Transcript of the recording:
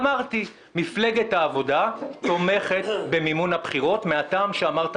אמרתי: מפלגת העבודה תומכת במימון הבחירות מהטעם שאמרת